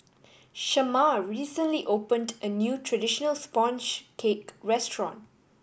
Shamar recently opened a new traditional sponge cake restaurant